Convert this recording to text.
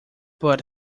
but